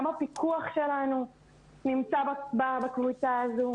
גם הפיקוח שלנו נמצא בקבוצה הזו.